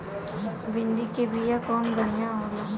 भिंडी के बिया कवन बढ़ियां होला?